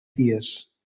dies